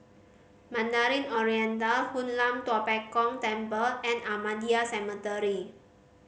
Mandarin Oriental Hoon Lam Tua Pek Kong Temple and Ahmadiyya Cemetery